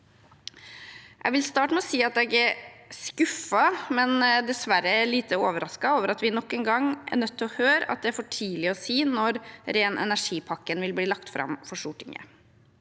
Jeg vil starte med å si at jeg er skuffet, men dessverre lite overrasket, over at vi nok en gang er nødt til å høre at det er for tidlig å si når ren energi-pakken vil bli lagt fram for Stortinget.